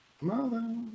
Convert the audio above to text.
Mother